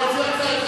להוציא אותו.